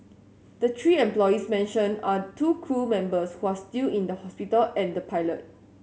the three employees mentioned are two crew members who are still in the hospital and the pilot